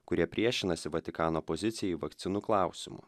kurie priešinasi vatikano pozicijai vakcinų klausimu